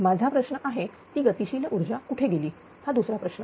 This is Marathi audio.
माझा प्रश्न आहे ती गतिशील ऊर्जा कुठे गेली हा दुसरा प्रश्न